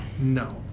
No